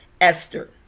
Esther